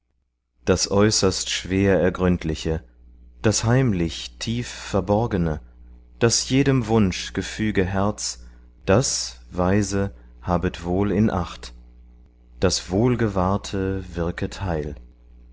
das äußerst schwer ergründliche das heimlich tief verborgene das jedem wunsch gefüge herz das weise habet wohl in acht das wohlgewahrte wirket heil